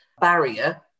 barrier